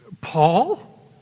Paul